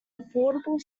affordable